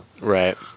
Right